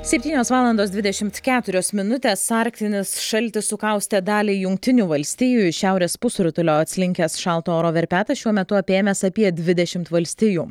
septynios valandos dvidešimt keturios minutės arktinis šaltis sukaustė dalį jungtinių valstijų iš šiaurės pusrutulio atslinkęs šalto oro verpetas šiuo metu apėmęs apie dvidešimt valstijų